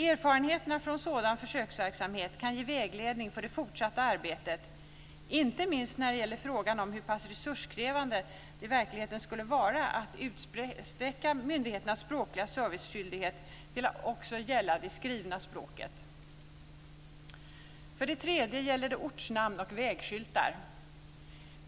Erfarenheterna från en sådan försöksverksamhet kan ge vägledning för det fortsatta arbetet, inte minst när det gäller frågan om hur pass resurskrävande det i verkligheten skulle vara att utsträcka myndigheternas språkliga serviceskyldighet till att också gälla det skrivna språket. För det tredje gäller det ortnamns och vägskyltar.